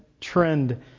trend